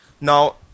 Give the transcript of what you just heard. Now